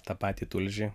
tą patį tulžį